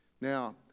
Now